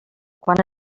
quan